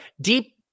deep